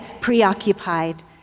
preoccupied